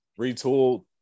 retooled